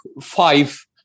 five